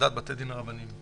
ועדת בתי הדין הרבניים,